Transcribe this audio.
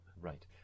Right